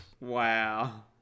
Wow